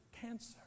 cancer